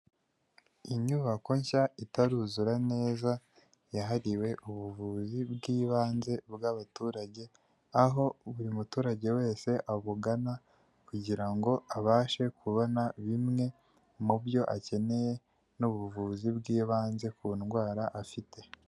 Inyubako nshya itaruzura neza, yahariwe ubuvuzi bw'ibanze bw'abaturage, aho buri muturage wese abugana kugira ngo abashe kubona bimwe mu byo akeneye, n'ubuvuzi bw'ibanze ku ndwara afite.